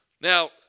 Now